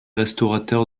restaurateur